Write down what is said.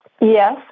Yes